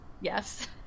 Yes